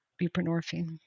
buprenorphine